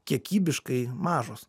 kiekybiškai mažos